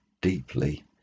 deeply